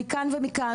מכאן ומכאן,